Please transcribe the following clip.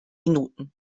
minuten